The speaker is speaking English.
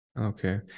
Okay